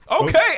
Okay